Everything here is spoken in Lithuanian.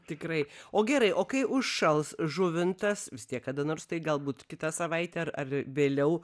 tikrai o gerai o kai užšals žuvintas vis tiek kada nors tai galbūt kitą savaitę ar ar vėliau